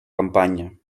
campanya